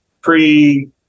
pre